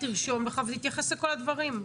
תרשום לך ותתייחס לכל הדברים.